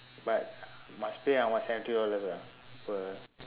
but must pay about seventy dollars ah per